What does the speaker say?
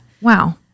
Wow